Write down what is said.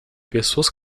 pessoas